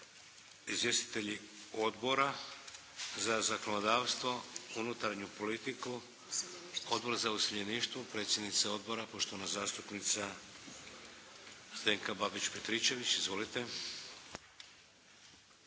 Izvjestitelji odbora za zakonodavstvo, unutarnju politiku. Odbor za useljeništvo, predsjednica odbora poštovana zastupnica Zdenka Babić-Petričević. Izvolite.